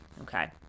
okay